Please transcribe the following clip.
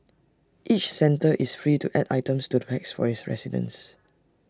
each centre is free to add items to the packs for its residents